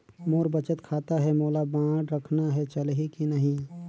मोर बचत खाता है मोला बांड रखना है चलही की नहीं?